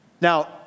Now